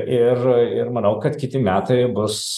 ir ir manau kad kiti metai bus